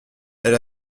elle